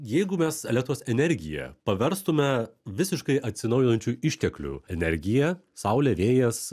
jeigu mes elektros energiją paverstume visiškai atsinaujinančių išteklių energija saulė vėjas